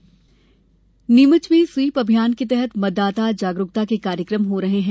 SVEEP अभियान नीमच में SVEEP अभियान के तहत मतदाता जागरुकता के कार्यक्रम हो रहे हैं